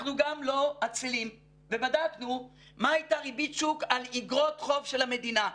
אנחנו גם לא אצילים ובדקנו מה הייתה ריבית שוק על אגרות חוב של המדינה,